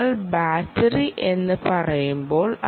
ഞങ്ങൾ ബാറ്ററി എന്ന് പറയുമ്പോൾ